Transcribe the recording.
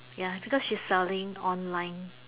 ya because she's selling online